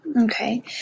Okay